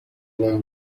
اون